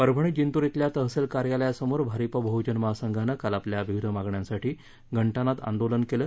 परभणीत जितूर अल्या तहसील कार्यालयासमोर भारिप बहजन महासंघानं काल आपल्या विविध मागण्यांसाठी घंटानाद आंदोलन केलं